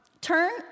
Turn